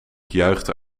juichte